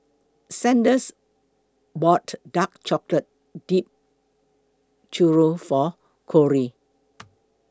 Sanders bought Dark Chocolate Dipped Churro For Cory